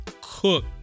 cook